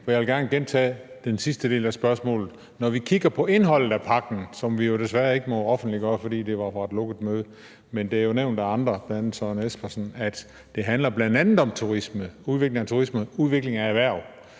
jeg vil gerne gentage den sidste del af spørgsmålet. I forhold til indholdet af pakken – som vi jo desværre ikke må offentliggøre, fordi det var fra et lukket møde, men det er jo nævnt af andre, bl.a. Søren Espersen, at det bl.a. handler om turisme, udvikling af turisme, udvikling af erhverv